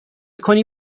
کنی